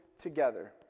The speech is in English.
together